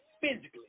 physically